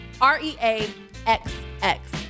R-E-A-X-X